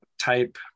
type